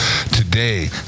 Today